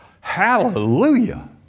Hallelujah